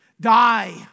Die